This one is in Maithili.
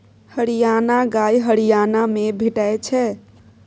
हरियाणा गाय हरियाणा मे भेटै छै